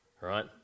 right